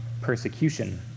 persecution